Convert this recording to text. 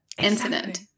incident